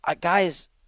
Guys